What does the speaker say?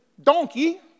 Donkey